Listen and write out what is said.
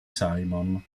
simon